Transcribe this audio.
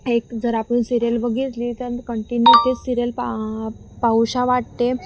एक जर आपण सिरीयल बघितली तर कंटिन्यू ते सिरियल पा पाऊशा वाटते